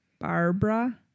Barbara